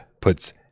puts